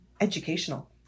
educational